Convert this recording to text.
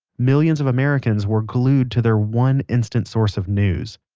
millions of americans were glued to their one instant source of news.